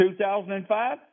2005